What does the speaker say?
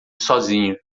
sozinho